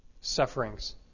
sufferings